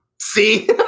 See